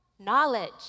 knowledge